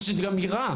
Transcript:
ושזה גם יירה?